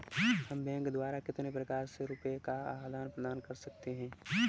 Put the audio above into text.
हम बैंक द्वारा कितने प्रकार से रुपये का आदान प्रदान कर सकते हैं?